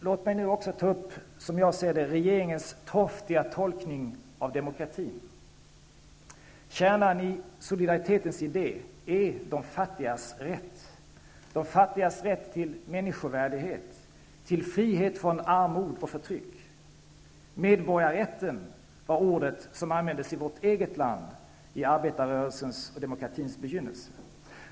Låt mig nu också ta upp, som jag ser det, regeringens torftiga tolkning av demokratin. Kärnan i solidaritetens idé är de fattigas rätt: de fattigas rätt till människovärdighet, till frihet från armod och förtryck. ''Medborgarrätten'' var ordet som användes i vårt eget land i arbetarrörelsens och demokratins begynnelse.